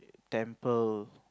temple